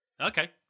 Okay